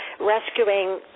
rescuing